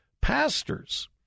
pastors